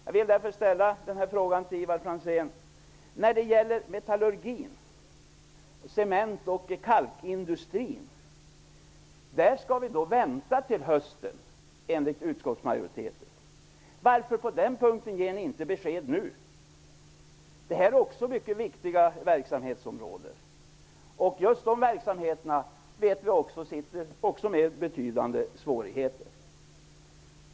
Jag vill därför ställa frågan till Ivar Franzén: När det gäller metallurgi-, cement och kalkindustrierna skall vi vänta till hösten enligt utskottsmajoriteten, varför ger ni inte besked nu på den punkten? Det här är också mycket viktiga verksamhetsområden. Vi vet att just de verksamheterna har betydande svårigheter.